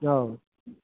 औ